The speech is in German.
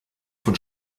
von